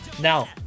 Now